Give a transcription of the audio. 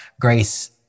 grace